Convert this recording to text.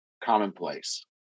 commonplace